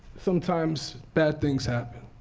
sometimes bad things happen.